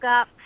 up